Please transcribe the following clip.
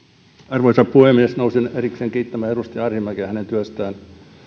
arvoisa puhemies nousin erikseen kiittämään edustaja arhinmäkeä hänen työstään